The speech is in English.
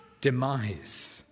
demise